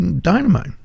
dynamite